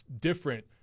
different